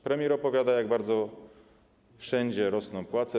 Premier opowiada, jak bardzo wszędzie rosną płace.